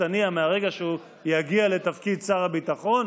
הנייה מהרגע שהוא יגיע לתפקיד שר הביטחון,